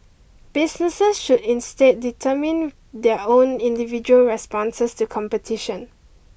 businesses should instead determine their own individual responses to competition